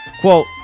Quote